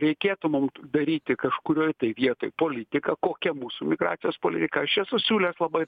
reikėtų mum t daryti kažkurioj tai vietoj politiką kokia mūsų migracijos politika aš esu siūlęs labai